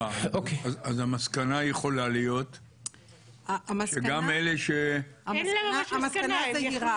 אז המסקנה יכולה להיות שגם אלה --- זה מסקנה זהירה